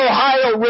Ohio